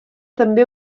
també